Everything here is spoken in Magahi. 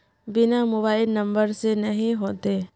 बिना मोबाईल नंबर से नहीं होते?